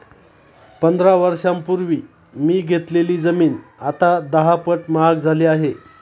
पंधरा वर्षांपूर्वी मी घेतलेली जमीन आता दहापट महाग झाली आहे